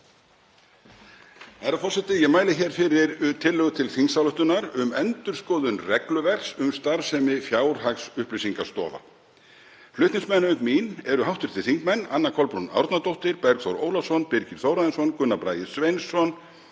Herra forseti. Ég mæli fyrir tillögu til þingsályktunar um endurskoðun regluverks um starfsemi fjárhagsupplýsingastofa. Flutningsmenn auk mín eru hv. þingmenn Anna Kolbrún Árnadóttir, Bergþór Ólason, Birgir Þórarinsson, Gunnar Bragi Sveinsson,